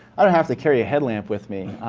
i don't have to carry a headlamp with me.